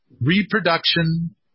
Reproduction